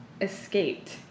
escaped